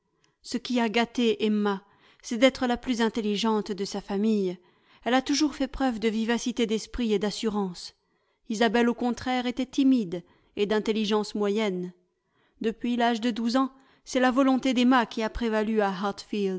ce qui a gâté emma c'est d'être la plus intelligente de sa famille elle a toujours fait preuve de vivacité d'esprit et d'assurance isabelle au contraire était timide et d'intelligence moyenne depuis l'âge de douze ans c'est la volonté d'emma qui a prévalu